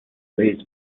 these